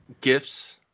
gifts